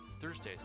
Thursdays